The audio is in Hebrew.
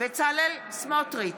בצלאל סמוטריץ'